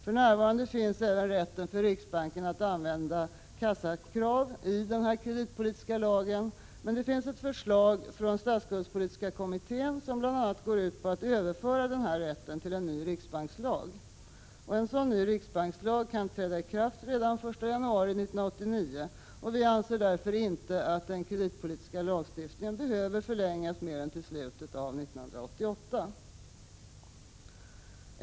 För närvarande finns även rätten för riksbanken att använda kassakrav i den kreditpolitiska lagen, men det finns ett förslag från statsskuldspolitiska kommittén som bl.a. går ut på att överföra denna rätt till en ny riksbankslag. En sådan lag kan träda i kraft den 1 januari 1989, och vi anser därför inte att nuvarande kreditpolitiska lagstiftning behöver förlängas mer än till slutet av år 1988.